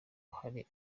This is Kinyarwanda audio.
hari